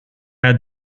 had